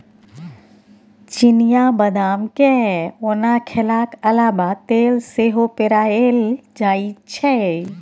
चिनियाँ बदाम केँ ओना खेलाक अलाबा तेल सेहो पेराएल जाइ छै